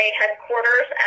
headquarters